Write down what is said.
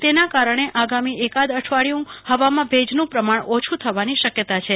તેના કારણે આગામી એકાદ અઠવાડિયું હવામાં ભેજનું પ્રમાણ ઓછું થવાની શક્યતા છે